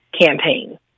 campaign